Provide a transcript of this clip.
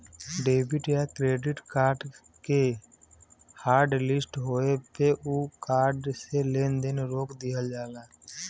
debit या credit card के hotlist होये पे उ कार्ड से लेन देन रोक दिहल जाला